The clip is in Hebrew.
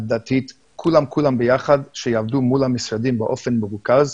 הדתית, כולם ביחד שיעבדו מול המשרדים באופן מרוכז,